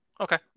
Okay